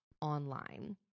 online